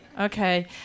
Okay